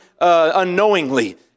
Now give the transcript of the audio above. unknowingly